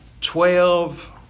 twelve